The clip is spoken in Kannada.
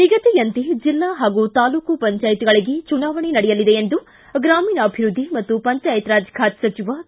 ನಿಗದಿಯಂತೆ ಜಿಲ್ಡಾ ಹಾಗೂ ತಾಲೂಕು ಪಂಚಾಯತ್ಗಳಿಗೆ ಚುನಾವಣೆ ನಡೆಯಲಿದೆ ಎಂದು ಗ್ರಾಮೀಣಾಭಿವೃದ್ದಿ ಮತ್ತು ಪಂಚಾಯತ್ರಾಜ್ ಖಾತೆ ಸಚಿವ ಕೆ